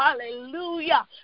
hallelujah